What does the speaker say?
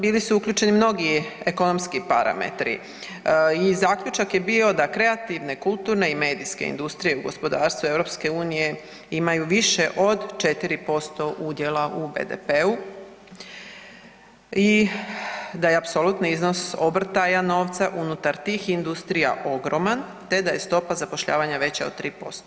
Bili su uključeni mnogi ekonomski parametri i zaključak je bio da kreativne, kulturne i medijske industrije u gospodarstvu EU imaju više od 4% udjela u BDP-u i da je apsolutni iznos obrtaja novca unutar tih industrija ogroman, te da je stopa zapošljavanja veća od 3%